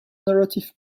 narrative